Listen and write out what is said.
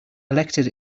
elected